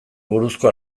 buruzko